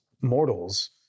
mortals